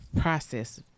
process